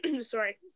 sorry